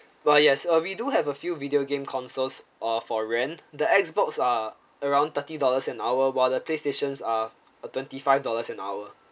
uh yes uh we do have a few video game consoles uh for rent the X box are around thirty dollars an hour while the playstations are uh twenty-five dollars an hour